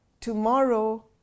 Tomorrow